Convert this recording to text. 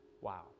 Wow